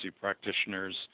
practitioners